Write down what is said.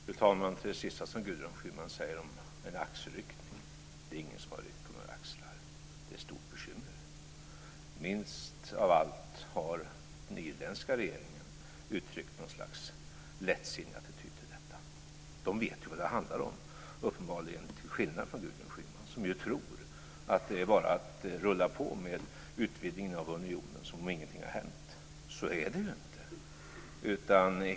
Fru talman! Till det sista som Gudrun Schyman sade om en axelryckning: Det är ingen som har ryckt på några axlar. Det är ett stort bekymmer. Minst av allt har den irländska regeringen uttryckt något slags lättsinnig attityd till detta. Den vet ju vad det handlar om, uppenbarligen till skillnad från Gudrun Schyman som tror att det är bara att fortsätta med utvidgningen av unionen som om ingenting har hänt. Så är det ju inte.